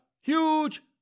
huge